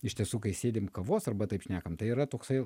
iš tiesų kai sėdim kavos arba taip šnekam tai yra toksai